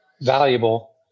valuable